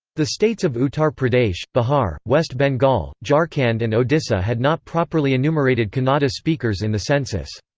the states of uttar pradesh, bihar, west bengal, jharkhand and odisha had not properly enumerated kannada speakers in the census.